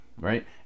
right